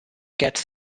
gets